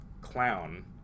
clown